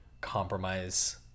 compromise